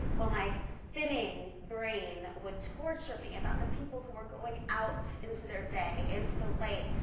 while my spinning brain would torture me about the people who were going out into their day, into the light,